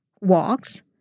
walks